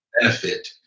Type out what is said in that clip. benefit